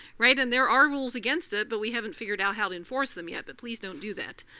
right? and there are rules against it, but we haven't figured out how to enforce them yet. but please don't do that.